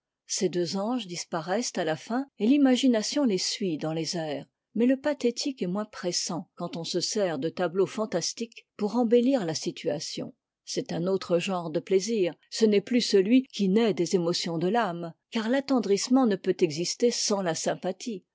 ces deux anges disparaissent à la fin et l'imagination les suit dans les airs mais le pathétique est moins pressant quand on se sert de tableaux fantastiques pour embellir la situation c'est un autre genre de plaisir ce n'est plus celui qui naît des émotions de l'âme car l'attendrissement ne peut exister sans la sympathie